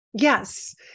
Yes